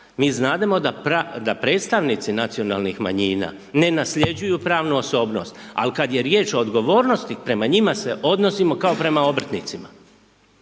Mi znademo da predstavnici nacionalnih manjina ne nasljeđuju pravnu osobnost, al' kad je riječ o odgovornosti prema njima se odnosimo kao prema obrtnicima,